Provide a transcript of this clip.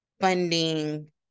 funding